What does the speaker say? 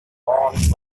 long